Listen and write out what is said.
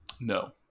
no